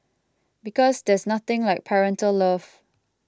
because there's nothing like parental love